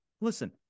listen